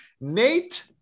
nate